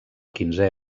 quinzè